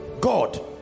God